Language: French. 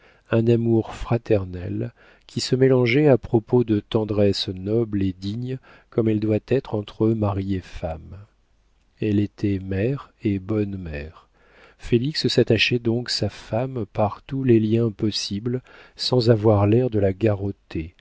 un amour fraternel qui se mélangeait à propos de tendresse noble et digne comme elle doit être entre mari et femme elle était mère et bonne mère félix s'attachait donc sa femme par tous les liens possibles sans avoir l'air de la garrotter